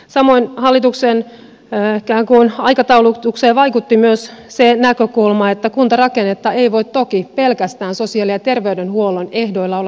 samoin hallituksen ikään kuin aikataulutukseen vaikutti myös se näkökulma että kuntarakennetta ei voi toki pelkästään sosiaali ja terveydenhuollon ehdoilla olla suunnittelemassa